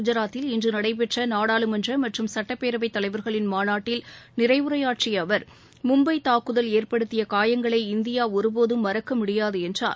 குஜராத்தில் இன்று நடைபெற்ற நாடாளுமன்ற மற்றும் சுட்டப்பேரவை தலைவர்களின் மாநாட்டில் நிறைவு உரையாற்றிய அவர் மும்பை தாக்குதல் ஏற்படுத்திய காயங்களை இந்தியா ஒருபோதும் மறக்க முடியாது என்றார்